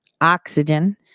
oxygen